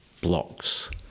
blocks